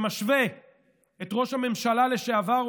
שמשווה את ראש הממשלה לשעבר,